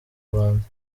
rwanda